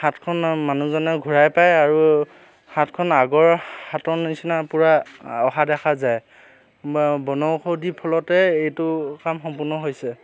হাতখন মানুহজনে ঘূৰাই পায় আৰু হাতখন আগৰ হাতৰ নিচিনা পূৰা অহা দেখা যায় বনৌষধিৰ ফলতে এইটো কাম সম্পূৰ্ণ হৈছে